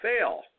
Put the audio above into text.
fail